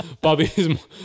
Bobby's